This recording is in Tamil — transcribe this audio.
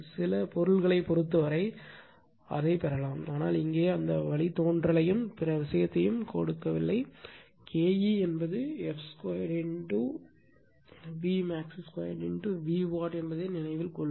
சில பொருள்களைப் பொறுத்தவரை அதைப் பெறலாம் ஆனால் இங்கே அந்த வழித்தோன்றலையும் பிற விஷயத்தையும் கொடுக்கவில்லை Ke என்பது f 2 Bmax 2 V வாட் என்பதை நினைவில் கொள்ளுங்கள்